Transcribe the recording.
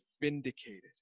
vindicated